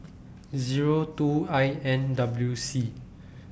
Zero two I N W C